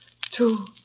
two